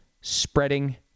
spreading